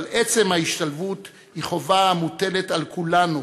אבל עצם ההשתלבות היא חובה המוטלת על כולנו,